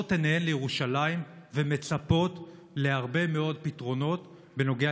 שנושאות עיניהן לירושלים ומצפות להרבה מאוד פתרונות בנוגע